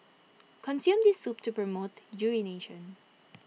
consume this soup to promote urination